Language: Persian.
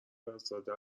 ازاده